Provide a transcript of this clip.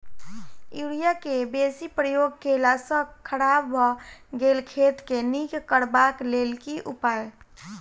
Urea केँ बेसी प्रयोग केला सऽ खराब भऽ गेल खेत केँ नीक करबाक लेल की उपाय?